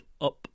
up